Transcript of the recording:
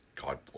God